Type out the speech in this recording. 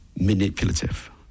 manipulative